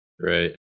right